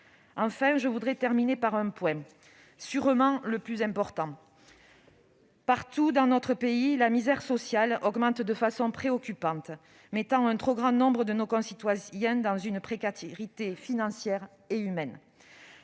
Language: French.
Enfin, je voudrais terminer par un point, certainement le plus important. Partout dans notre pays, la misère sociale augmente de façon préoccupante, mettant un trop grand nombre de nos concitoyens dans une précarité financière et humaine.